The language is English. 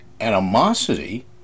animosity